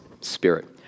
spirit